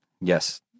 Yes